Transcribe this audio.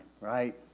right